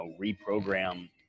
reprogram